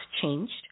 changed